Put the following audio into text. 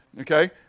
okay